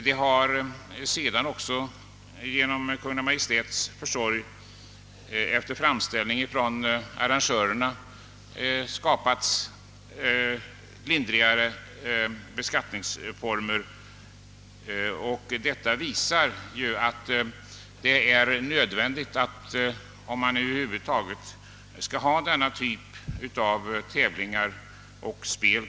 Det har sedan också genom Kungl. Maj:ts försorg efter framställning från arrangörerna skapats lindrigare beskattningsformer, vilket visar att det inte är möjligt att gå fram alltför hårt, om man över huvud taget skall bibehålla denna typ av tävlingar och spel.